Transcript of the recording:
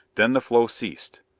then the flow ceased.